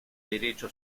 derecho